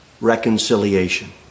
Reconciliation